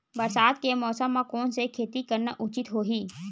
बरसात के मौसम म कोन से खेती करना उचित होही?